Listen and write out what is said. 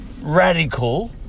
radical